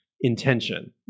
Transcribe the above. intention